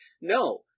No